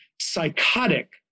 psychotic